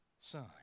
son